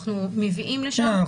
אנחנו מביאים לשם.